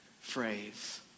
phrase